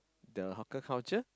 the hawker culture